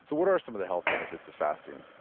so what are some of the health benefits of fasting?